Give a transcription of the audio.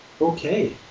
Okay